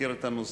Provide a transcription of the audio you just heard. מכיר את הנושא,